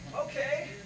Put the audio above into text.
Okay